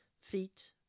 feet